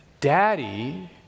daddy